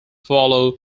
follow